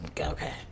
okay